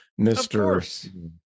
Mr